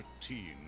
thirteen